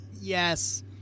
Yes